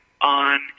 on